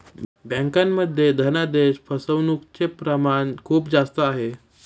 बँकांमध्ये धनादेश फसवणूकचे प्रमाण खूप जास्त आहे